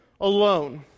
alone